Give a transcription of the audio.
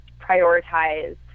prioritize